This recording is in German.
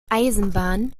eisenbahn